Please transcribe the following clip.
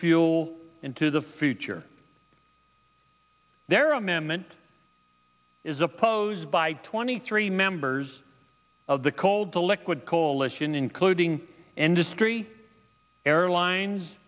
fuel into the future there amendment is opposed by twenty three members of the called the liquid coalition including industry airlines